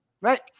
right